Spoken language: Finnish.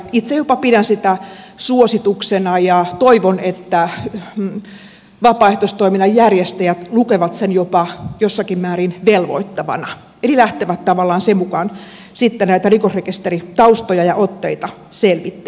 itse jopa pidän sitä suosituksena ja toivon että vapaaehtoistoiminnan järjestätät lukevat sen jopa jossakin määrin velvoittavana eli lähtevät tavallaan sen mukaan sitten näitä rikosrekisteritaustoja ja otteita selvittelemään